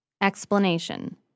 Explanation